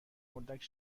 اردک